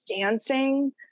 dancing